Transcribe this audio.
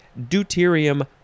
deuterium